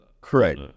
Correct